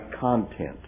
content